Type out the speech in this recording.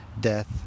death